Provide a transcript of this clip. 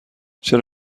چرا